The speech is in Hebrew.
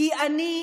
כי אני,